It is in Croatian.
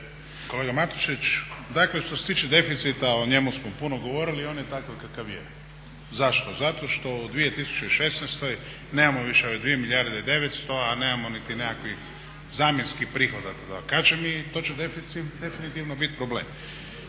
Kolega Matušić, dakle što se tiče deficita o njemu smo puno govorili i on je takav kakav je. Zašto? Zato što u 2016. nemamo više ove 2 milijarde i 900, a nemamo niti nekakvih zamjenskih prihoda da tako kažem i to će deficit definitivno bit problem.